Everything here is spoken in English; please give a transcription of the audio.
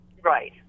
Right